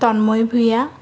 Tanmoyee Bhuyan